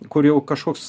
kur jau kažkoks